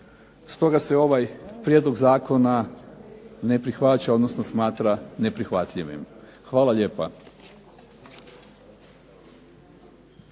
stoga se ovaj prijedlog zakona ne prihvaća odnosno smatra neprihvatljivim. Hvala lijepa.